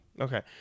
okay